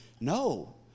No